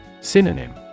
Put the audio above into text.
Synonym